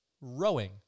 rowing